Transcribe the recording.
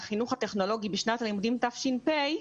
בחינוך הטכנולוגי בשנת הלימודים תש"פ,